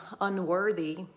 unworthy